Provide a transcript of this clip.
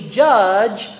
judge